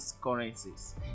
currencies